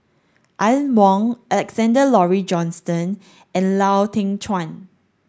Aline Wong Alexander Laurie Johnston and Lau Teng Chuan